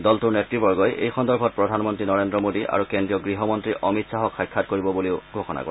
দলটোৰ নেত়বৰ্গই এই সন্দৰ্ভত প্ৰধানমন্ত্ৰী নৰেদ্ৰ মোদী আৰু কেন্দ্ৰীয় গৃহমন্ত্ৰী অমিত খাহক সাক্ষাৎ কৰিব বুলিও ঘোষণা কৰে